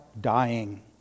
Dying